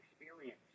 experience